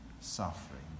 suffering